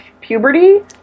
puberty